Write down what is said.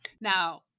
Now